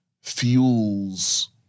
fuels